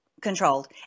controlled